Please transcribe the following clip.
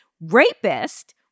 rapist